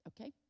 okay